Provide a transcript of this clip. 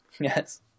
Yes